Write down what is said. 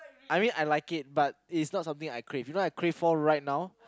I mean I like it but it's not something I crave you know what I crave for right now